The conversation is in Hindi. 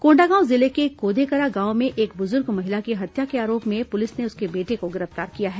कोंडागांव जिले के कोदेकरा गावं में एक बुजुर्ग महिला की हत्या के आरोप में पुलिस ने उसके बेटे को गिरफ्तार किया है